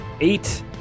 eight